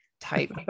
type